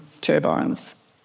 turbines